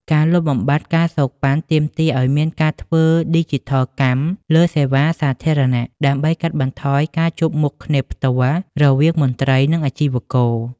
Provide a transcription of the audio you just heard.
ការលុបបំបាត់ ការសូកប៉ាន់ ទាមទារឱ្យមានការធ្វើឌីជីថលកម្មលើសេវាសាធារណៈ ដើម្បីកាត់បន្ថយការជួបមុខគ្នាផ្ទាល់រវាងមន្ត្រី និងអាជីវករ។